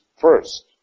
first